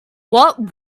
what